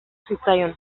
zitzaion